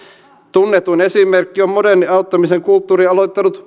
tunnetuin esimerkki on modernin auttamisen kulttuurin aloittanut